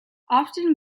often